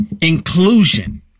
inclusion